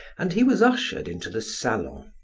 and he was ushered into the salon.